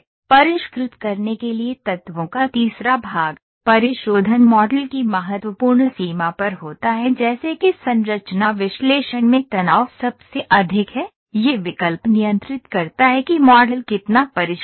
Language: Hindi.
परिष्कृत करने के लिए तत्वों का तीसरा भाग परिशोधन मॉडल की महत्वपूर्ण सीमा पर होता है जैसे कि संरचना विश्लेषण में तनाव सबसे अधिक है यह विकल्प नियंत्रित करता है कि मॉडल कितना परिष्कृत है